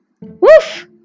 Woof